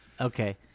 Okay